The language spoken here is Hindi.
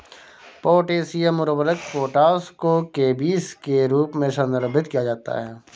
पोटेशियम उर्वरक पोटाश को केबीस के रूप में संदर्भित किया जाता है